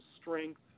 strength